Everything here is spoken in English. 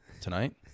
tonight